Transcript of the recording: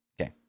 Okay